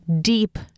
deep